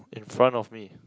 in front of me